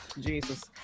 Jesus